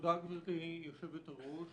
תודה גברתי יושבת הראש